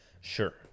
Sure